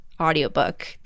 audiobook